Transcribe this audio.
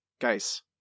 guys